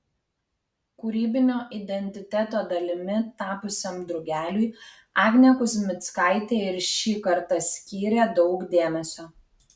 kūrybinio identiteto dalimi tapusiam drugeliui agnė kuzmickaitė ir šį kartą skyrė daug dėmesio